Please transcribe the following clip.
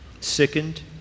sickened